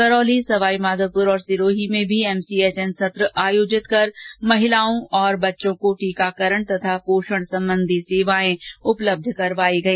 करौली सवाईमाधोपुर और सिरोही में भी एमसीएचएन सत्र आयोजित कर महिलाओं और बच्चों को टीकाकरण और पोषण सम्बन्धी सेवाएं उपलब्ध करवाई गई